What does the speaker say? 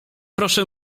proszę